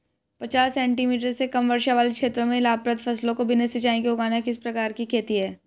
पचास सेंटीमीटर से कम वर्षा वाले क्षेत्रों में लाभप्रद फसलों को बिना सिंचाई के उगाना किस प्रकार की खेती है?